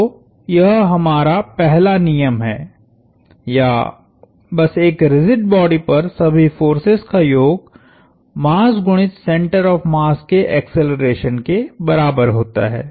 तो यह हमारा पहला नियम है या बस एक रिजिड बॉडी पर सभी फोर्सेस का योग मास गुणित सेंटर ऑफ़ मास के एक्सेलरेशन के बराबर होता है